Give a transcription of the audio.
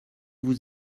vous